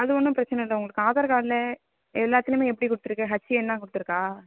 அது ஒன்றும் பிரச்சனை இல்லை உங்களுக்கு ஆதார் கார்டில் எல்லாத்துலையுமே எப்படி கொடுத்துருக்க ஹச்ஏன்னு தான் கொடுத்துருக்கா